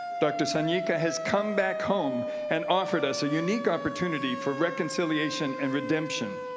dr. sanika has come back home and offered us a unique opportunity for reconciliation and redemption,